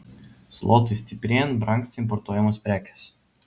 zlotui stiprėjant brangsta importuojamos prekės